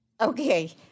Okay